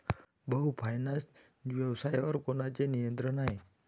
भाऊ फायनान्स व्यवसायावर कोणाचे नियंत्रण आहे?